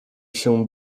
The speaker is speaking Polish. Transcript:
się